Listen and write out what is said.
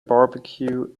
barbecue